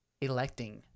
electing